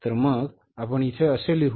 तर मग आपण इथे कसे लिहू